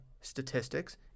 statistics